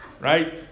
Right